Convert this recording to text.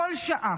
כל שעה,